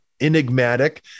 enigmatic